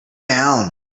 down